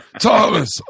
Thomas